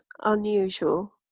unusual